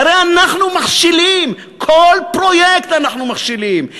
הרי אנחנו מכשילים, כל פרויקט אנחנו מכשילים.